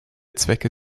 zwecke